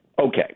Okay